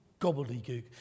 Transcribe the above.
gobbledygook